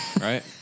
Right